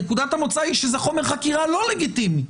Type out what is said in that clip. נקודת המוצא היא שזה חומר חקירה לא לגיטימי.